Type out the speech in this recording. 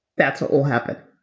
that's what will happen